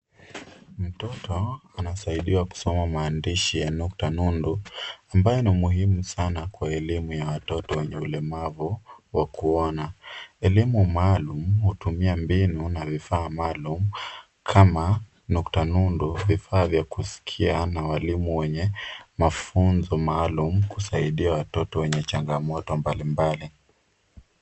Mtoto anasaidiwa kusoma maandishi yanayokta nundu ambaye ni muhimu sana kwa elimu ya watoto wenye ulemavu wa kuona. Elimu maalum hutumia mbinu na vifaa maalum kama nukta nundu, vifaa vya kusikia na walimu wenye mafunzo maalum kusaidia watoto wenye changamoto mbalimbali.